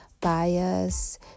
bias